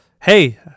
hey